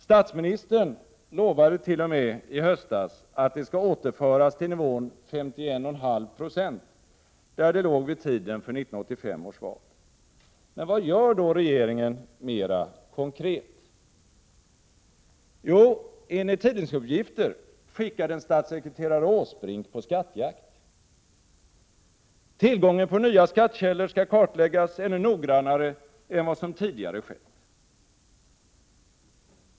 Statsministern lovade t.o.m. i höstas att det skall återföras till nivån 51,5 26, där det låg vid tiden för 1985 års val. Men vad gör då regeringen mera konkret? Jo, enligt tidningsuppgifter skickar regeringen statssekreterare Åsbrink på skattjakt. Tillgången på nya skattekällor skall kartläggas ännu noggrannare än vad som tidigare skett.